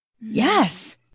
Yes